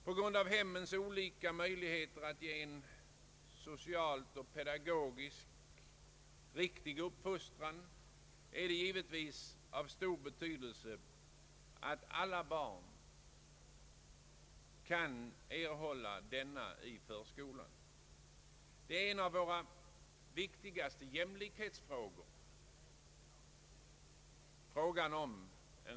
På grund av hemmens olika möjligheter att ge en socialt och pedagogiskt riktig uppfostran är det givetvis av stor betydelse att alla barn kan erhålla en sådan i förskolan. Att få en riktig förskola är en av våra viktigaste jämlikhetsfrågor.